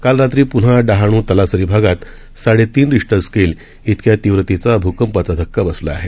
कालरात्रीपुन्हाडहाणू तलासरीभागातसाडेतीनरिस्टरस्केलइतक्यातीव्रतेचाभूकंपाचाधक्काबसलाआहे